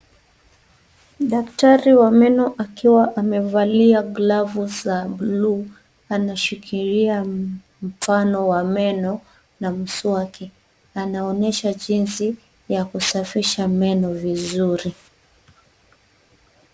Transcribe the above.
Daktari wa meno akiwa amevalia glavu za blue anashikilia mfano wa meno na mswaki na anaonyesha jinsi ya kusafisha meno vizuri.